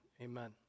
amen